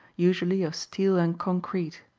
usually of steel and concrete.